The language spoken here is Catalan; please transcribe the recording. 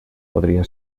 podria